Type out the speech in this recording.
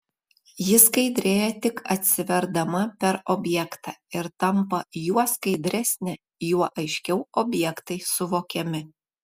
ji skaidrėja tik atsiverdama per objektą ir tampa juo skaidresnė juo aiškiau objektai suvokiami